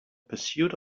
pursuit